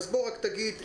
רק תגיד,